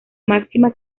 máxima